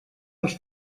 als